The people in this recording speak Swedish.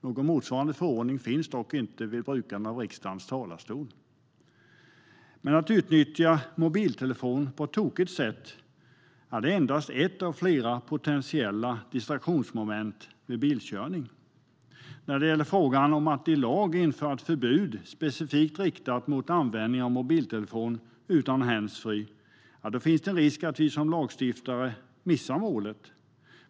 Någon motsvarande förordning finns dock inte vid brukande av riksdagens talarstol. Att nyttja mobiltelefon på ett tokigt sätt är endast ett av flera potentiella distraktionsmoment vid bilkörning. När det gäller frågan om att i lag införa ett förbud specifikt riktat mot användning av mobiltelefon utan handsfree finns en risk att vi som lagstiftare missar målet.